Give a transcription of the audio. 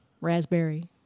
raspberry